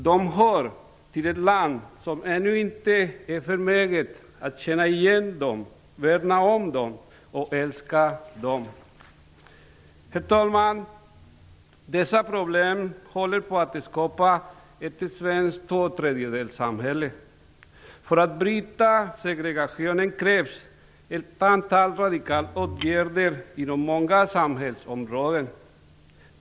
De hör till ett land som ännu inte är förmöget att känna igen dem, att värna om dem och att älska dem. Herr talman! Genom dessa problem håller ett svenskt tvåtredjedelssamhälle på att skapas. För att bryta segregationen krävs det ett antal radikala åtgärder inom många samhällsområden.